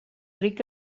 ric